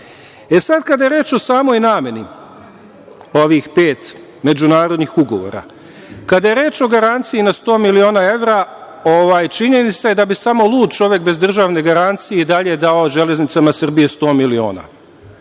sredstva? Kada je reč o samoj nameni ovih pet međunarodnih ugovora, kada je reč o garanciji na 100 miliona evra, činjenica je da bi samo lud čovek bez državne garancije i dalje dao "Železnicama Srbije" 100 miliona.